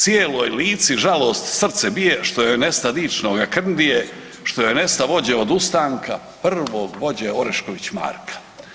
Cijeloj Lici žalost srce bije, što joj nesta dičnoga Krntije, što joj nesta vođe od ustanka, prvog vođe, Orešković Marka.